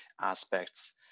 aspects